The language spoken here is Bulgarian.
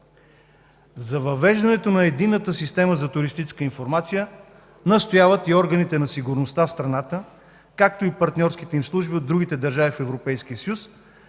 За въвеждането на Единната система за туристическа информация настояват и органите на сигурността в страната, както и партньорските им служби от другите държави в Европейския